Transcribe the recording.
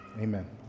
amen